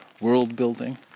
world-building